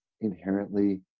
inherently